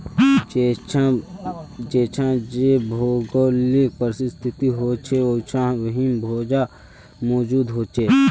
जेछां जे भौगोलिक परिस्तिथि होछे उछां वहिमन भोजन मौजूद होचे